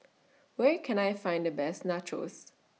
Where Can I Find The Best Nachos